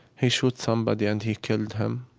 he shoot somebody and he killed him,